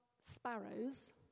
sparrows